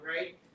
right